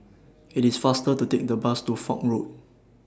IT IS faster to Take The Bus to Foch Road